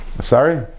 Sorry